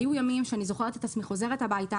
היו ימים שאני זוכרת את עצמי חוזרת הביתה